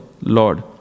Lord